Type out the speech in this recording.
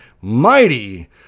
mighty